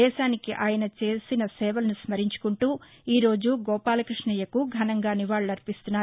దేశానికి ఆయన చేసిన సేవలను స్మరించుకుంటూ ఈరోజు గోపాలకృష్ణయ్యకు ఘనంగా నివాళులర్పిస్తున్నారు